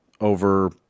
over